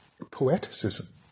poeticism